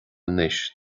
anois